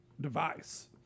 device